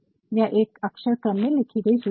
यह एक अक्षर क्रम में लिखी गई सूची है